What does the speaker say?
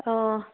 অঁ